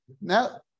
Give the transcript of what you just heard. now